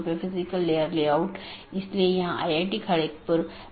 BGP का विकास routing सूचनाओं को एकत्र करने और संक्षेपित करने के लिए हुआ है